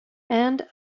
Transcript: and